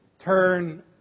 turn